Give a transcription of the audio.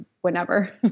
whenever